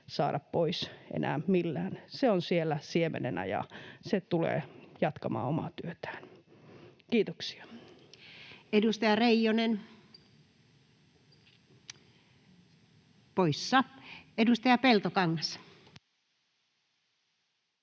saada pois enää millään. Se on siellä siemenenä, ja se tulee jatkamaan omaa työtään. — Kiitoksia. Edustaja Reijonen poissa. — Edustaja Peltokangas.